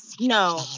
No